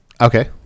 Okay